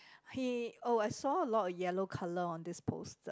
hey oh I saw a lot of yellow colour on this poster